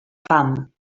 fam